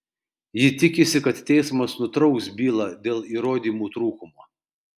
ji tikisi kad teismas nutrauks bylą dėl įrodymų trūkumo